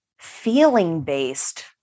feeling-based